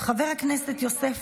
חבר הכנסת יוסף